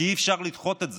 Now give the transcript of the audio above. כי אי-אפשר לדחות את זה.